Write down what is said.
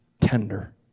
Tender